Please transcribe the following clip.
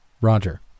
Roger